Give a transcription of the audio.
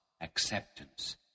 acceptance